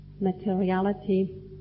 materiality